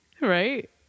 Right